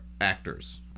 actors